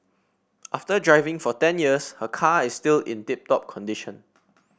after driving for ten years her car is still in tip top condition